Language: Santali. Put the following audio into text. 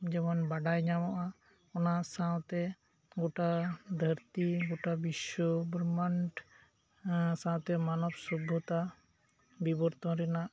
ᱡᱮᱢᱚᱱ ᱵᱟᱰᱟᱭ ᱧᱟᱢᱚᱜᱼᱟ ᱚᱱᱟ ᱥᱟᱶᱛᱮ ᱜᱚᱴᱟ ᱫᱷᱟᱹᱨᱛᱤ ᱜᱚᱴᱟ ᱵᱤᱥᱥᱚ ᱵᱽᱨᱚᱢᱢᱟᱸᱰ ᱥᱟᱶᱛᱮ ᱢᱟᱱᱚᱵᱽ ᱥᱚᱵᱽᱵᱷᱚᱛᱟ ᱵᱤᱵᱚᱨᱛᱚᱱ ᱨᱮᱱᱟᱜ